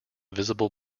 visible